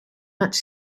much